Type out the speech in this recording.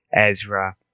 Ezra